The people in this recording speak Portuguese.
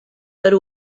para